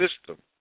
system